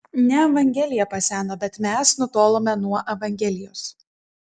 ne evangelija paseno bet mes nutolome nuo evangelijos